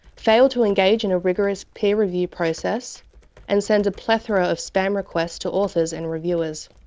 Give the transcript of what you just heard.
fail to engage in a rigorous peer review process and send a plethora of spam requests to authors and reviewers.